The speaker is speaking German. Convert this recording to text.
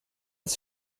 als